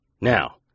Now